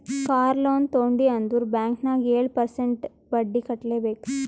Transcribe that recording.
car loan ತೊಂಡಿ ಅಂದುರ್ bank ನಾಗ್ ಏಳ್ ಪರ್ಸೆಂಟ್ರೇ ಬಡ್ಡಿ ಕಟ್ಲೆಬೇಕ್